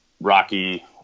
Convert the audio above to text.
rocky